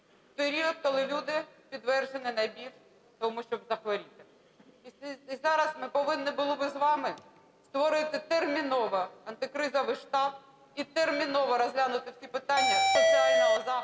період, коли люди підтверджені найбільше тому, щоб захворіти. І зараз ми повинні були б з вами створити терміново антикризовий штаб і терміново розглянути всі питання соціального захисту